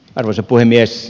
arvoisa puhemies